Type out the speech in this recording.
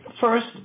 first